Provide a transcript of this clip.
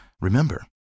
remember